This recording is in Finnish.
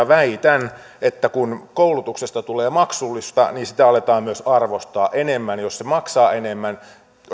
väitän että kun koulutuksesta tulee maksullista niin sitä aletaan myös arvostaa enemmän jos se maksaa enemmän